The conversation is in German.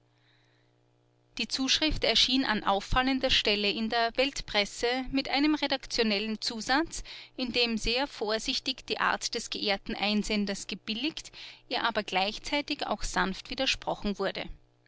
die zuschrift erschien an auffallender stelle in der weltpresse mit einem redaktionellen zusatz in dem sehr vorsichtig die ansicht des geehrten einsenders gebilligt ihr aber gleichzeitig auch sanft widersprochen wurde